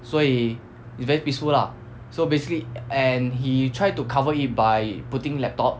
所以 it's very peaceful lah so basically and he tried to cover it by putting laptop